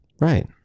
right